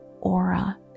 aura